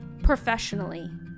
professionally